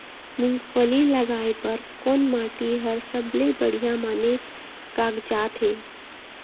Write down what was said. मूंगफली लगाय बर कोन माटी हर सबले बढ़िया माने कागजात हे?